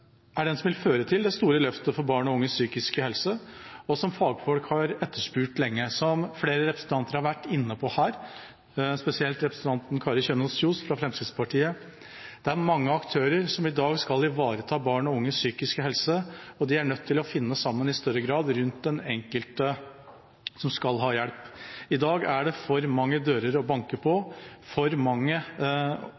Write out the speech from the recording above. er den tverrsektorielle strategiplanen som vi har fremmet i forbindelse med Kristelig Folkepartis forslag, som ligger i saken i dag, og som er punkt nr. 1 i forslaget. Strategiplanen er det som vil føre til det store løftet for barn og unges psykiske helse, og som fagfolk har etterspurt lenge. Som flere representanter har vært inne på her, spesielt representanten Kari Kjønaas Kjos fra Fremskrittspartiet, er det mange aktører som i dag skal ivareta barn og unges psykiske helse, og de er nødt til i større grad å